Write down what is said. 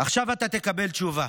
עכשיו אתה תקבל תשובה.